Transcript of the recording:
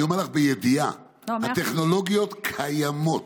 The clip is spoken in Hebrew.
אני אומר לך בידיעה: הטכנולוגיות קיימות.